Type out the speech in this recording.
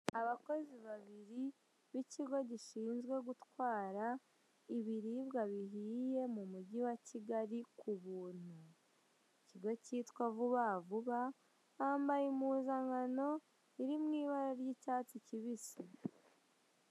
Abakozi babiri b'ikigo gishinzwe gutwara ibiribwa bihiye mu mujyi wa Kigali k'ubuntu, ikigo kitwa vuba vuba bambaye impuzankano iri mu ibara ry'icyatsi kibisi.